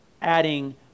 adding